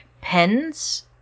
pens